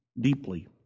deeply